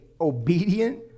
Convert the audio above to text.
obedient